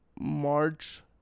March